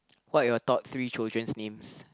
what are your top three children's names